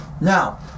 Now